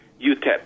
UTEP